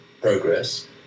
progress